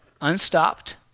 unstopped